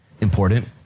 important